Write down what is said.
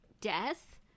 death